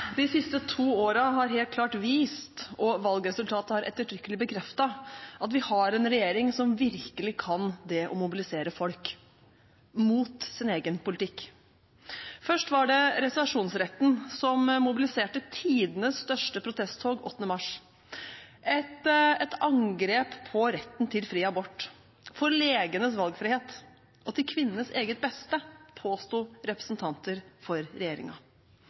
De siste to årene har helt klart vist, og valgresultatet har ettertrykkelig bekreftet, at vi har en regjering som virkelig kan det å mobilisere folk – mot sin egen politikk. Først var det reservasjonsretten som mobiliserte tidenes største protesttog 8. mars – et angrep på retten til fri abort, for legenes valgfrihet, og til kvinnenes eget beste, påsto representanter for